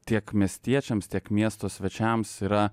tiek miestiečiams tiek miesto svečiams yra